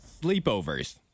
sleepovers